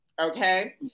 okay